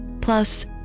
plus